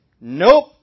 Nope